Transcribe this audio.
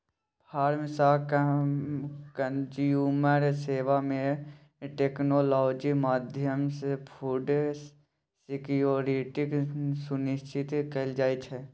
farm सँ consumer सेबा मे टेक्नोलॉजी माध्यमसँ फुड सिक्योरिटी सुनिश्चित कएल जाइत छै